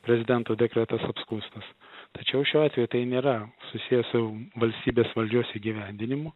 prezidento dekretas apskųstas tačiau šiuo atveju tai nėra susiję su valstybės valdžios įgyvendinimu